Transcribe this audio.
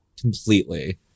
completely